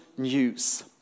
News